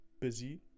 busy